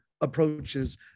approaches